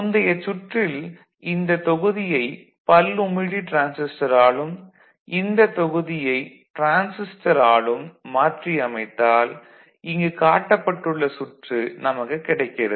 முந்தைய சுற்றில் இந்த தொகுதியை பல்உமிழி டிரான்சிஸ்டராலும் இந்த தொகுதியை டிரான்சிஸ்டராலும் மாற்றியமைத்தால் இங்கு காட்டப்பட்டுள்ள சுற்று நமக்குக் கிடைக்கிறது